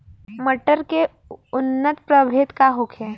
मटर के उन्नत प्रभेद का होखे?